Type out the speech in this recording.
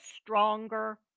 stronger